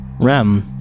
Rem